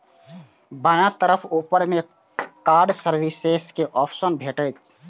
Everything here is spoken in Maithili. बायां तरफ ऊपर मे कार्ड सर्विसेज के ऑप्शन भेटत